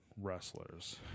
wrestlers